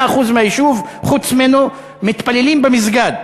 100% היישוב חוץ ממנו מתפללים במסגד.